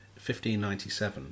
1597